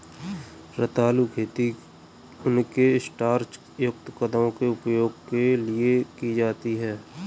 रतालू खेती उनके स्टार्च युक्त कंदों के उपभोग के लिए की जाती है